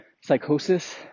psychosis